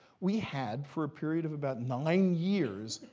we had, for a period of about nine years,